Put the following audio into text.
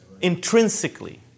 intrinsically